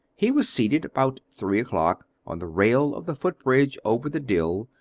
he was seated, about three o'clock, on the rail of the foot-bridge over the dill,